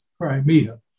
Crimea